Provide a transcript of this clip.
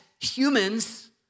humans